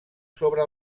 sobre